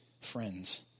friends